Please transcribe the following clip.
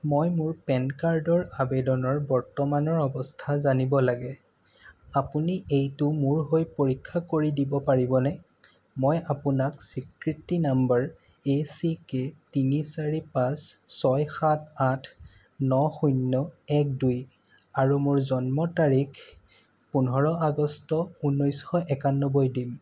মই মোৰ পেন কাৰ্ডৰ আবেদনৰ বৰ্তমানৰ অৱস্থা জানিব লাগে আপুনি এইটো মোৰ হৈ পৰীক্ষা কৰি দিব পাৰিবনে মই আপোনাক স্বীকৃতি নম্বৰ এ চি কে তিনি চাৰি পাঁচ ছয় সাত আঠ ন শূন্য এক দুই আৰু মোৰ জন্ম তাৰিখ পোন্ধৰ আগষ্ট ঊনৈছশ একান্নবৈ দিম